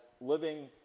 living